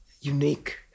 unique